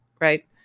Right